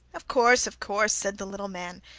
of course, of course said the little man.